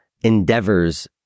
endeavors